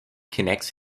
connects